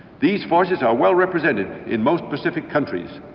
these forces are well represented in most pacific countries.